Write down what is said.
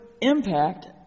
impact